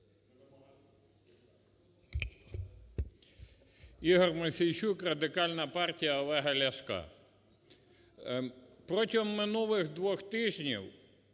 Ігор Мосійчук, Радикальна партія Олега Ляшка. Протягом минулих двох тижнів